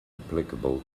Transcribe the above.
applicable